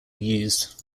used